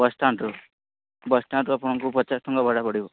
ବସ୍ଷ୍ଟାଣ୍ଡରୁ ବସ୍ଷ୍ଟାଣ୍ଡରୁ ଆପଣଙ୍କୁ ପଚାଶ ଟଙ୍କା ଭଡ଼ା ପଡ଼ିବ